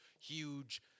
huge